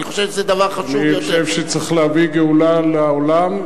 אני חושב שזה דבר חשוב ביותר.